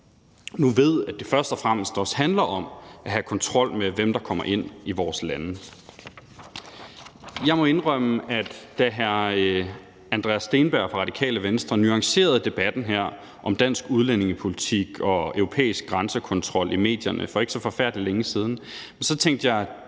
nu ved, at det først og fremmest også handler om at have kontrol med, hvem der kommer ind i vores lande. Jeg må indrømme, at da hr. Andreas Steenberg fra Radikale Venstre nuancerede debatten her om dansk udlændingepolitik og europæisk grænsekontrol i medierne for ikke så forfærdelig længe siden, tænkte jeg,